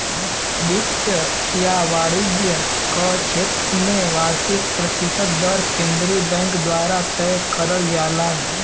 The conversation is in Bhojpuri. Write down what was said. वित्त या वाणिज्य क क्षेत्र में वार्षिक प्रतिशत दर केंद्रीय बैंक द्वारा तय करल जाला